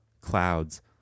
clouds